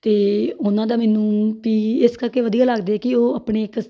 ਅਤੇ ਉਹਨਾਂ ਦਾ ਮੈਨੂੰ ਪੀ ਇਸ ਕਰਕੇ ਵਧੀਆ ਲੱਗਦੇ ਕਿ ਉਹ ਆਪਣੇ ਇੱਕ